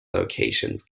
locations